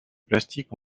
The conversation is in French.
plastique